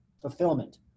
fulfillment